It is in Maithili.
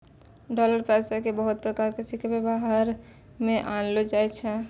डालर पैसा के बहुते प्रकार के सिक्का वेवहार मे आनलो जाय छै